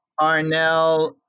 Arnell